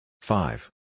Five